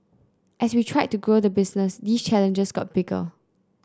as we tried to grow the business these challenges got bigger